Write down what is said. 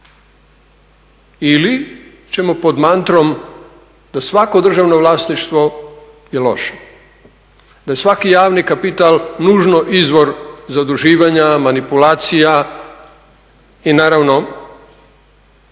Ili ćemo pod mantrom da svako državno vlasništvo je loše? Da je svaki javni kapital nužno izvor zaduživanja, manipulacija i naravno